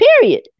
period